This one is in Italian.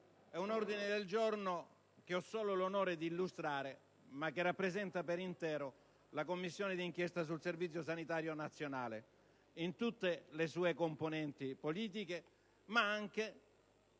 mi accingo a trattare ho solo l'onore di illustralo, giacché rappresenta per intero la Commissione d'inchiesta sul Servizio sanitario nazionale, in tutte le sue componenti politiche, ma anche